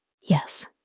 Yes